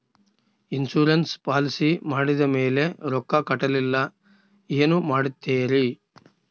Insurance policy ಮಾಡಿದ ಮೇಲೆ ರೊಕ್ಕ ಕಟ್ಟಲಿಲ್ಲ ಏನು ಮಾಡುತ್ತೇರಿ?